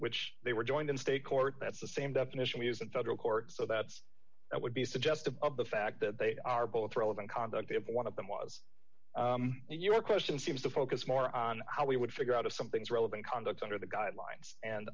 which they were joined in state court that's the same definition we use in federal court so that's that would be suggestive of the fact that they are both relevant conduct if one of them was your question seems to focus more on how we would figure out if something's relevant conduct under the guidelines and